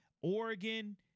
Oregon